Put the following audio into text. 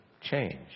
change